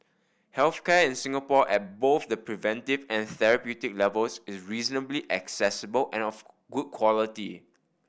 health care in Singapore at both the preventive and therapeutic levels is reasonably accessible and of good quality